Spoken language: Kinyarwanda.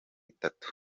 itatu